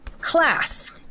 Class